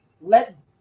let